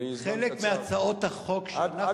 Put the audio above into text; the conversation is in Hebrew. אני